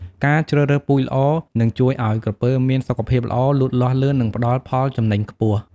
ការជ្រើសរើសពូជល្អនឹងជួយឲ្យក្រពើមានសុខភាពល្អ លូតលាស់លឿន និងផ្តល់ផលចំណេញខ្ពស់។